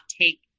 take